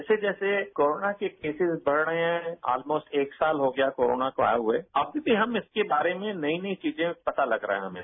जैसे जैसे कोरोना के केसेज बढ़ रहे हैं आलमोस्ट एक साल हो गया कोरोना को आए हुए अब भी हमें इसके बारे में नई नई चीजें मालूम चल रही हैं हमें